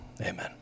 amen